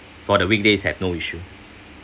for the weekdays have no issue